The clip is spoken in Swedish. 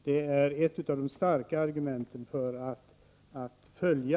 Det är ett starkt argument för att följa